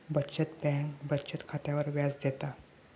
बचत बँक बचत खात्यावर व्याज देता